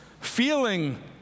feeling